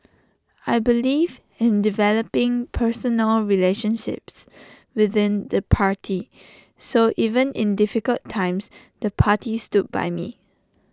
I believe in developing personal relationships within the party so even in difficult times the party stood by me